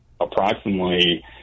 approximately